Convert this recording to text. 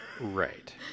right